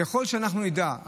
ככל שאנחנו נדע,